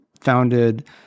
founded